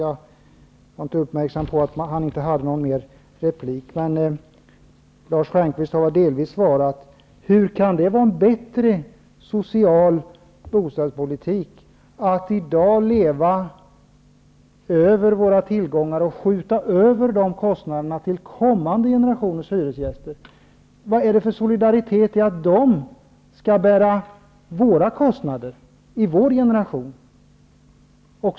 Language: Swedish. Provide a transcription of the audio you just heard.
Jag var inte uppmärksam på att han inte hade någon mer replik. Men Lars Stjernkvist har väl delvis svarat på de frågor jag ställde: Hur kan det vara en bättre social bostadspolitik att i dag leva över våra tillgångar och skjuta över de kostnaderna till kommande generationers hyresgäster? Vad är det för solidaritet i att de skall bära våra kostnader, kostnaderna för vår generation?